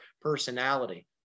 personality